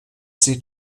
sie